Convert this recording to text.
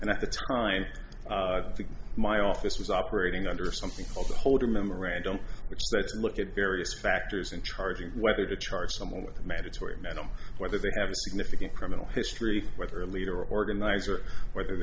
and at the time i think my office was operating under something called the holder memorandum which sets look at various factors and charging whether to charge someone with a mandatory metal whether they have a significant criminal history whether leader organizer whether